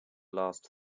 last